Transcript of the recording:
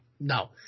No